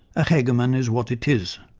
a hegemon is what it is.